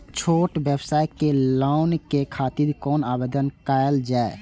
छोट व्यवसाय के लोन के खातिर कोना आवेदन कायल जाय?